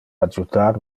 adjutar